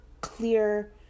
clear